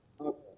Okay